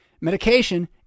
Medication